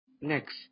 Next